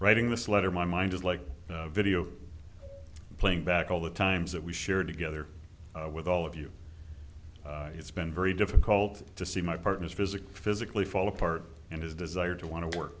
writing this letter my mind is like a video playing back all the times that we shared together with all of you it's been very difficult to see my partner's physical physically fall apart and his desire to want to work